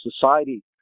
society